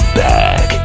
back